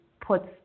puts